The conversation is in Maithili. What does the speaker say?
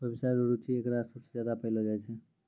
व्यवसाय रो रुचि एकरा सबसे ज्यादा पैलो जाय छै